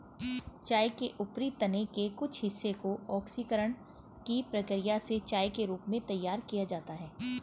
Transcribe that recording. चाय के ऊपरी तने के कुछ हिस्से को ऑक्सीकरण की प्रक्रिया से चाय के रूप में तैयार किया जाता है